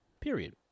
Period